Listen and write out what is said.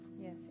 Yes